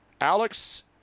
Alex